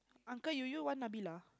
uncle you you want Nabila